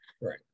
right